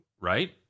Right